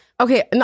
Okay